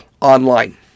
online